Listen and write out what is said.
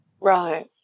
Right